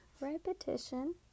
Repetition